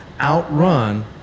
outrun